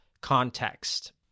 context